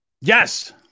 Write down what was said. Yes